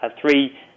three